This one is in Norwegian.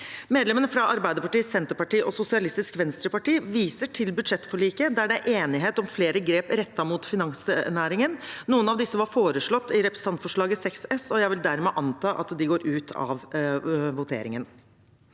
Medlemmene fra Arbeiderpartiet, Senterpartiet og SV viser til budsjettforliket, der det er enighet om flere grep rettet mot finansnæringen. Noen av disse var foreslått i representantforslaget 6 S, og jeg vil dermed anta at de går ut av voteringen.